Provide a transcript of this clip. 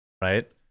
right